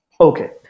Okay